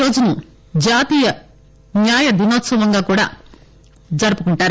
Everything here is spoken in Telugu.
ఈ రోజును జాతీయ న్యాయ దినోత్పవంగా కూడా జరుపుకుంటారు